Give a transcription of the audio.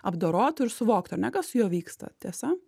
apdorotų ir suvoktų ar ne kas su juo vyksta tiesa